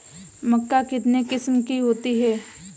मक्का कितने किस्म की होती है?